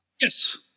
Yes